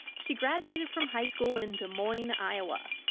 she graduated from high school in des moines, iowa.